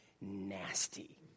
nasty